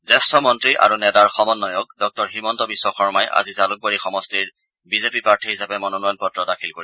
জ্যেষ্ঠ মন্ত্ৰী আৰু নেডাৰ সমন্বয়ক ডঃ হিমন্ত বিধ শৰ্মাই আজি জালুকবাৰী সমষ্টিৰ বিজেপি প্ৰাৰ্থী হিচাপে মনোনয়ন পত্ৰ দাখিল কৰিব